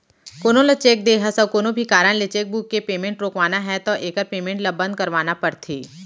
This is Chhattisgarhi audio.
कोनो ल चेक दे हस अउ कोनो भी कारन ले चेकबूक के पेमेंट रोकवाना है तो एकर पेमेंट ल बंद करवाना परथे